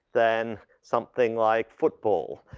than something like football.